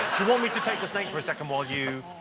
want me to take the snake for a second while you?